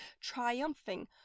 triumphing